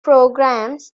programmes